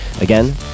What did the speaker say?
Again